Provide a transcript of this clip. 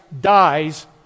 dies